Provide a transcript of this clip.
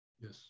Yes